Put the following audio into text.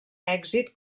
èxit